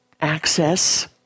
access